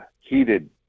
heated